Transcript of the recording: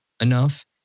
enough